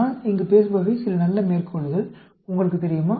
நான் இங்கு பேசுபவை சில நல்ல மேற்கோள்கள் உங்களுக்குத் தெரியுமா